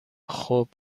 خوب